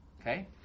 Okay